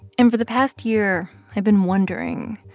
and for the past year, i've been wondering,